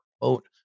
quote